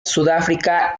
sudáfrica